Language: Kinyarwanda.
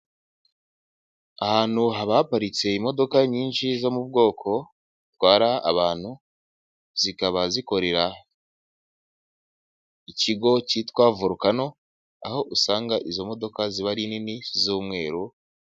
Ahantu haba haparitse imodoka nyinshi zo mu bwoko butwara abantu, zikaba zikorera ikigo cyitwa vorukano aho usanga izo modoka ziba ari nini z'umweru.